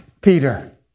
Peter